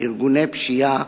ארגוני פשיעה,